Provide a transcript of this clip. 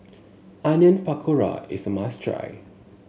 Onion Pakora is a must try